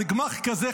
על גמ"ח כזה,